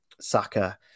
Saka